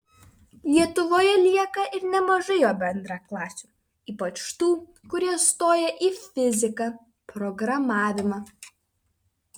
lietuvoje lieka ir nemažai jo bendraklasių ypač tų kurie stoja į fiziką programavimą